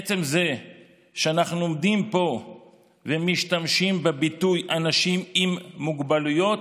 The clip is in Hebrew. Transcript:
עצם זה שאנחנו עומדים פה ומשתמשים בביטוי "אנשים עם מוגבלויות"